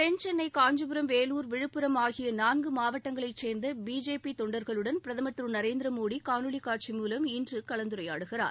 தென்சென்னை காஞ்சிபுரம் வேலூர் விழுப்புரம் ஆகிய நான்கு மாவட்டங்களைச் சேர்ந்த பிஜேபி தொண்டர்களுடன் பிரதமர் திரு நரேந்திர மோடி காணொலிக்காட்சி மூலம் இன்று கலந்துரையாடுகிறார்